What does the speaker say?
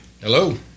Hello